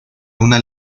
una